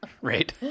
Right